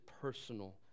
personal